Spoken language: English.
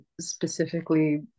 specifically